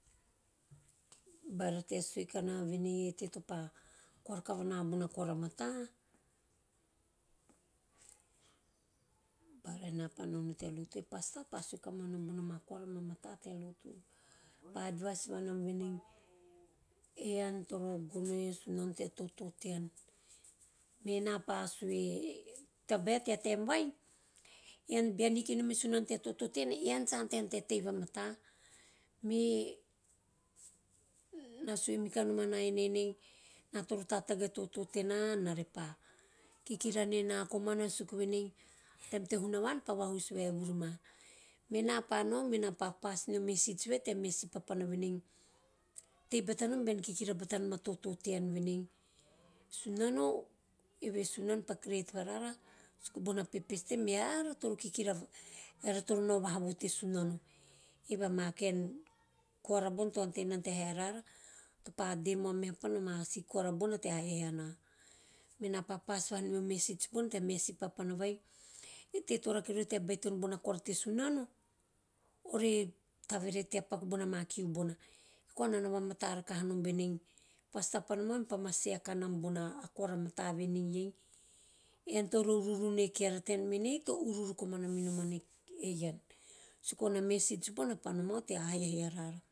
Bara tea sue kana vene ei e teie tapa koara kavana bona koara mata. Bara ena pa naonao tea lotu e pastor pa sue kamau anam bona ma koana ama mata, pa advise avanam venei e ian toro gono e sunsno tea toto tean, mena toto tean, mena pa sue, tabae tea taem vae bean hikinom e sunano tea toto tean ean sa ante hanom tea tei vanata. Me, na sue makinanom ana eneinei ena toro tatagi a toto tena ena re pa kihara ne pa komana suku vanei a team te hunavan pa vahus vaevuruma mena pa nao mena pa pass neo message vai tea meha si papana vanei tei batanom bean kikiira batanom a toto tean, venei a sunano eve sunano topa create varara suku bona purpose teve, me iara toro kikira, eara toro nao voha vo te sunano eve a ma kaen koara bona to ante nana tea haihai arara pa de mau a meha papana ama si koava bona tea haihai ana mena pa pass vahave o message bona tea mea si papana vai eteie to rake rori tea baitono koara te sunano ore tavevete tea paku bona ma kiu bona. Ei koa ena na vamata rakaha vanam enei, e pastor pa nomau mepa ma share kanam bona koara mata veveiei ean tora uruvu me keara tean venei to uruvu komana minoman e ian. Suku bona message bona pa nomau tea haihai arara.